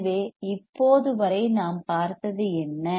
எனவே இப்போது வரை நாம் பார்த்தது என்ன